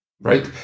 right